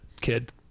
kid